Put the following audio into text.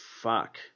Fuck